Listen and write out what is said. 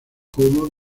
como